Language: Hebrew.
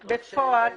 נכון.